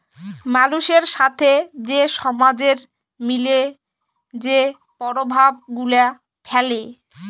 মালুসের সাথে যে সমাজের মিলে যে পরভাব গুলা ফ্যালে